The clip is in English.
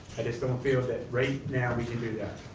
i just don't feel that right now we can do that,